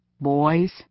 boys